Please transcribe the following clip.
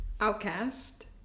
Outcast